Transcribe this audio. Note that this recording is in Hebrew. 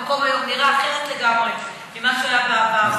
המקום היום נראה אחרת לגמרי ממה שהוא היה בעבר.